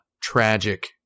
tragic